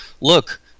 look